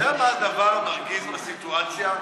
אתה יודע מה הדבר המרגיז בסיטואציה?